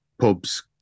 pubs